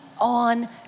on